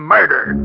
Murder